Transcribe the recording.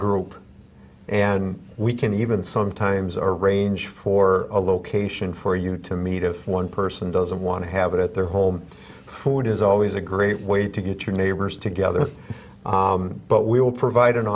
group and we can even sometimes arrange for a location for you to meet if one person doesn't want to have it at their home food is always a great way to get your neighbors together but we will provide an